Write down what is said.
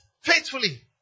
faithfully